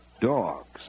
dogs